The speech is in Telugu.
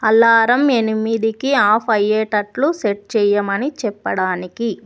అలారం ఎనిమిదికి ఆఫ్ అయ్యేటట్లు సెట్ చేయమని చెప్పడానికి